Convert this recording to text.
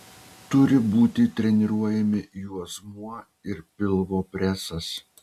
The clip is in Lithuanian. turi būti treniruojami juosmuo ir pilvo presas